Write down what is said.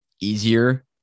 easier